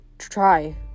Try